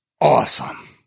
awesome